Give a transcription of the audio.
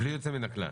בלי יוצא מן הכלל?